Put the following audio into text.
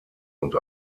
und